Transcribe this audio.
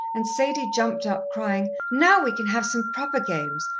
and sadie jumped up, crying, now we can have some proper games!